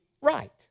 right